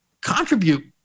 contribute